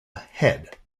head